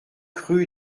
rue